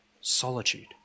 solitude